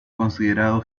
considerado